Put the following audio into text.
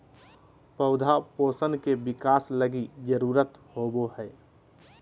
पौधा पोषण के बिकास लगी जरुरत होबो हइ